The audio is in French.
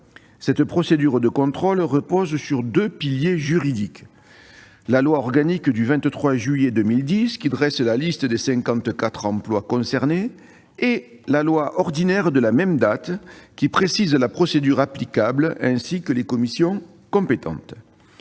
Cette procédure de contrôle repose sur deux piliers juridiques : la loi organique du 23 juillet 2010, qui dresse la liste des 54 emplois concernés, et la loi ordinaire de la même date, qui précise la procédure applicable, ainsi que les commissions compétentes.